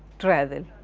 travel.